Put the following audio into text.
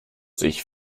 sich